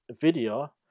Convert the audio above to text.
video